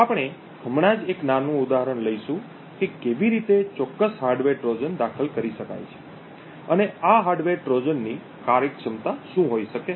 તો આપણે હમણાં જ એક નાનું ઉદાહરણ લઈશું કે કેવી રીતે ચોક્કસ હાર્ડવેર ટ્રોજન દાખલ કરી શકાય છે અને આ હાર્ડવેર ટ્રોજનની કાર્યક્ષમતા શું હોઈ શકે